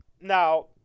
now